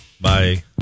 Bye